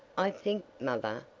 i think, mother,